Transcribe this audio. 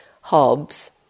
Hobbes